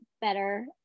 better